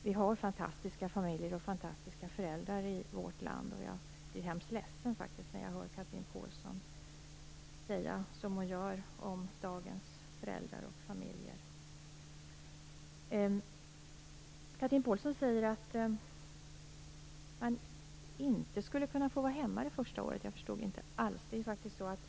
Vi har fantastiska familjer och fantastiska föräldrar i vårt land, och jag blir mycket ledsen när Chatrine Pålsson säger detta om dagens föräldrar och familjer. Chatrine Pålsson säger att man inte skulle kunna få vara hemma under barnets första året. Jag förstår inte alls vad hon menar.